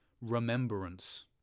remembrance